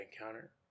encounter